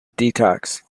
detox